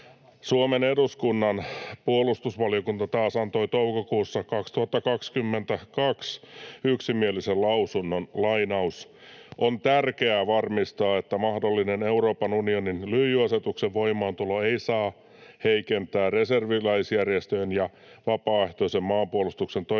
Suomen eduskunnan puolustusvaliokunta taas antoi toukokuussa 2022 yksimielisen lausunnon: ”On tärkeää varmistaa, että mahdollinen Euroopan unionin lyijyasetuksen voimaantulo ei heikennä reserviläisjärjestöjen ja vapaaehtoisen maanpuolustuksen toimintaedellytyksiä